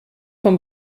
vom